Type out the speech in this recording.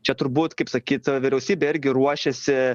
čia turbūt kaip sakyt vyriausybė irgi ruošėsi